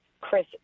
Chris